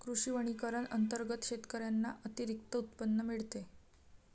कृषी वनीकरण अंतर्गत शेतकऱ्यांना अतिरिक्त उत्पन्न मिळते